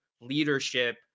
leadership